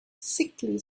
sickly